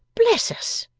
bless us